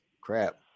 crap